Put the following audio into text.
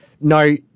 No